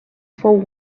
fou